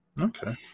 Okay